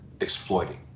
exploiting